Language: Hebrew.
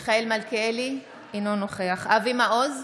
מלכיאלי, אינו נוכח אבי מעוז,